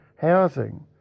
housing